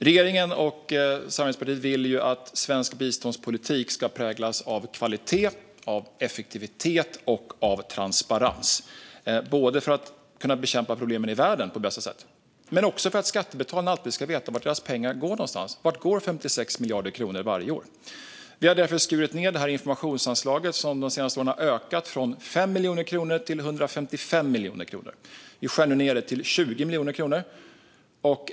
Regeringen och samarbetspartiet vill att svensk biståndspolitik ska präglas av kvalitet, effektivitet och transparens - för att problemen i världen ska kunna bekämpas på bästa sätt men också för att skattebetalarna alltid ska veta vart deras pengar går någonstans. Vart går 56 miljarder kronor varje år? Vi har därför skurit ned informationsanslaget, som de senaste åren har ökat från 5 miljoner kronor till 155 miljoner kronor. Vi skär nu ned det till 20 miljoner kronor.